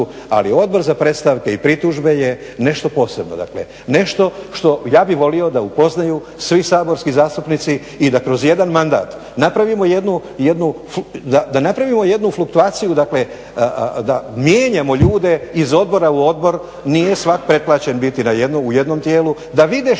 Ali Odbor za predstavke i pritužbe je nešto posebno, dakle ja bih volio da upoznaju svi saborski zastupnici i da kroz jedan mandat napravimo jednu fluktuaciju dakle da mijenjamo ljude iz odbora u odbor. Nije svak preplaćen biti u jednom tijelu da vide što